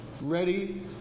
ready